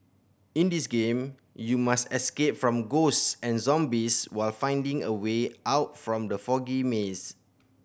in this game you must escape from ghost and zombies while finding a way out from the foggy maze